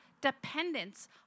dependence